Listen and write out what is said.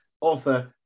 author